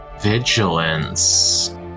vigilance